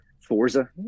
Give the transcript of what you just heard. Forza